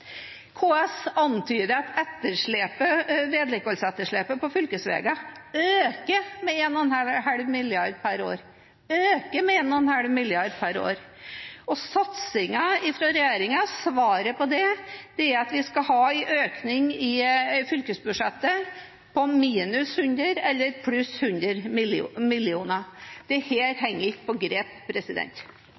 KS antyder at vedlikeholdsetterslepet på fylkesveiene øker med 1,5 mrd. kr per år – det øker med 1,5 mrd. per år. Svaret på det fra regjeringen er at vi skal ha en økning i fylkesbudsjettet på minus 100 mill. kr eller pluss 100 mill. kr. Dette henger ikke på